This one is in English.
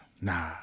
nah